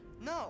No